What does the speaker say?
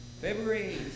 February